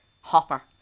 Hopper